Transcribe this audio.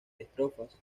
estrofas